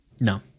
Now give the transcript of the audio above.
No